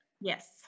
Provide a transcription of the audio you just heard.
Yes